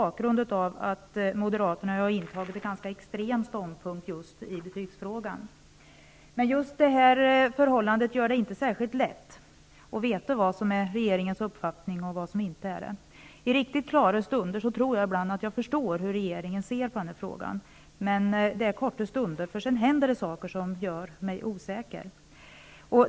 Moderaterna har ju intagit en ganska extrem ståndpunkt i betygsfrågan. Just det här förhållandet gör det inte särskilt lätt att veta vad som är regeringens uppfattning och vad som inte är det. I riktigt klara stunder tror jag ibland att jag förstår hur regeringen ser på denna fråga. Men det är korta stunder, för sedan händer saker som gör mig osäker.